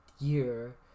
year